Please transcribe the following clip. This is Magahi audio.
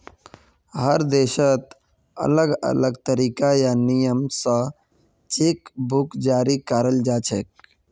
हर देशत अलग अलग तरीका या नियम स चेक बुक जारी कराल जाछेक